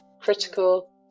Critical